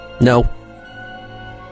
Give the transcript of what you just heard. No